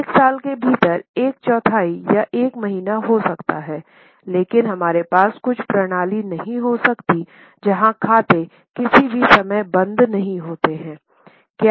1 साल के भीतर एक चौथाई या एक महीना हो सकता है लेकिन हमारे पास कुछ प्रणाली नहीं हो सकती है जहां खाते किसी भी समय बंद नहीं होते हैं